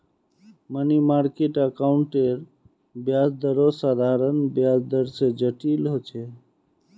money market अकाउंटेर ब्याज दरो साधारण ब्याज दर से जटिल होचे